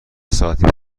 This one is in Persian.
ساعتی